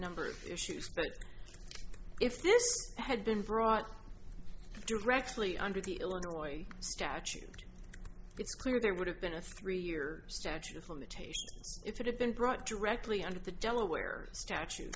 number of issues but if this had been brought directly under the illinois statute it's clear there would have been a three year statute of limitations if it had been brought directly under the delaware statute